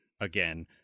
again